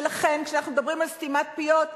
ולכן כשאנחנו מדברים על סתימת פיות,